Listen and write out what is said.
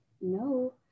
no